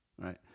right